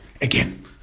again